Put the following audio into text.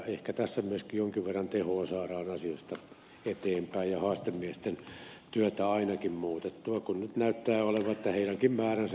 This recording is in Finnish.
ehkä tässä myös jonkin verran tehoa saadaan asiassa eteenpäin ja haastemiesten työtä ainakin muutettua kun nyt näyttää olenko tai jokin määräsi